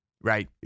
right